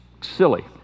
silly